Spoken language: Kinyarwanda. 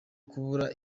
kubura